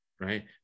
right